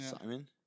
Simon